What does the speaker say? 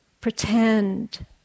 Pretend